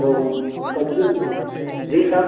तो कम से कम जी सर